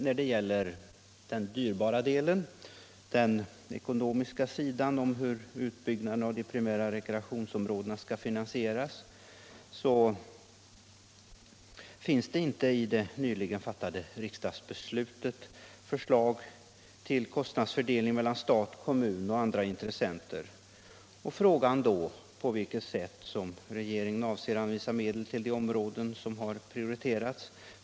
När det gäller den ekonomiska sidan — hur utbyggnaden av de primära rekreationsområdena skall finansieras — finns det inte i det nyligen fattade riksdagsbeslutet förslag till kostnadsfördelning mellan stat, kommun och andra intressenter. Frågan är då på vilket sätt regeringen avser att anvisa medel till de områden som har prioriterats.